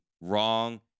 wrong